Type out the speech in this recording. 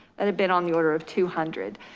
and had been on the order of two hundred.